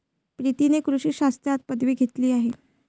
प्रीतीने कृषी शास्त्रात पदवी घेतली आहे